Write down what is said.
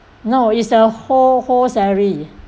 no it's a whole whole salary